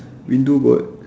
window got